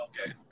Okay